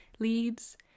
leads